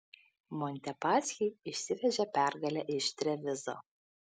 montepaschi išsivežė pergalę iš trevizo